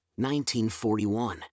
1941